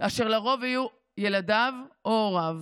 אשר לרוב יהיו ילדיו או הוריו,